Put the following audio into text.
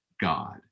God